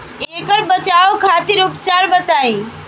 ऐकर बचाव खातिर उपचार बताई?